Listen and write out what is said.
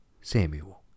Samuel